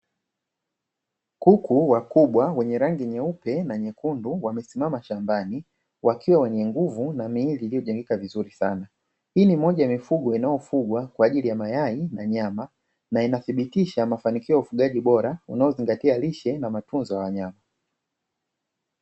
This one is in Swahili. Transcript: Kuku wakubwa wenye rangi nyeupe na nyekundu wamesimama shambani wakiwa wenye nguvu na miili iliyojengeka vizuri sana, hii ni moja ya mifugo inayofugwa kwa ajili ya mayai na nyama na inathibitisha mafanikio ya ufugaji bora unaozingatia lishe na matunzo ya wanyama.